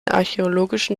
archäologischen